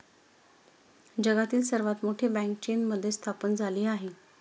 जगातील सर्वात मोठी बँक चीनमध्ये स्थापन झाली आहे